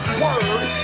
word